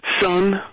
son